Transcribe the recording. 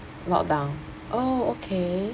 lockdown oh okay